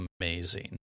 amazing